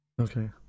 Okay